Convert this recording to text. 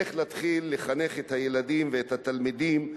איך להתחיל לחנך נכון את הילדים ואת התלמידים,